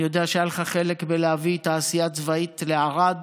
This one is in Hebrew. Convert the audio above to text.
אני יודע שהיה לך חלק בלהביא את התעשייה הצבאית לערד,